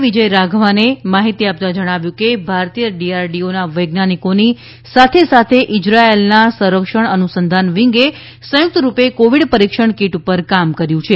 વિજય રાઘવાને માહિતી આપી છે કે ભારતીય ડીઆરડીઓના વૈજ્ઞાનિકોની સાથે સાથે ઈઝરાયેલના સંરક્ષણ અનુસંધાન વિંગે સંયુક્તરૃપે કોવિડ પરીક્ષણ કીટ પર કામ કર્યું છે